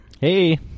Hey